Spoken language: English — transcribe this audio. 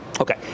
Okay